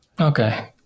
Okay